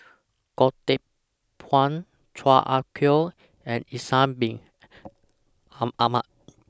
Goh Teck Phuan Chan Ah Kow and Ishak Bin Ahmad